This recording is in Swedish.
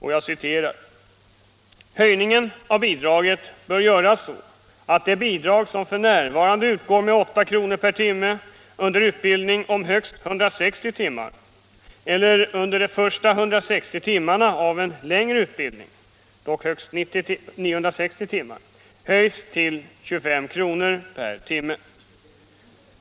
”Höjningen av bidraget bör göras så att det bidrag som f.n. utgår med åtta kronor per timme under utbildning om högst 160 timmar eller under de första 160 timmarna av en längre utbildning höjs till 25 kr. per timme.